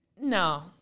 no